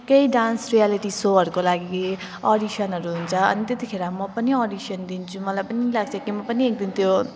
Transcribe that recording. केही dance reality सोहरूको लागि अडिसनहरू हुन्छ अनि त्यतिखेर म पनि अडिसन दिन्छु मलाई पनि लाग्छ कि म पनि एक दिन त्यो